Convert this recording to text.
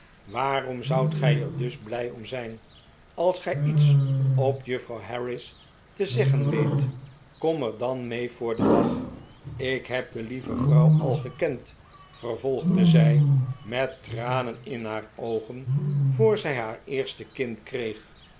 waarom zoudt gij er dus blij om zijn als gij iets op juffrouw harris te zeggen weet kom er dan mee voor den dag ik heb de lieve vrouw al gekend vervolgde zij met tranen in haar oogen voor zij haar eerste kind kreeg